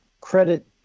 credit